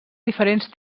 diferents